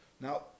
Now